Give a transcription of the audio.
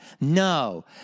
No